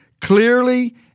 clearly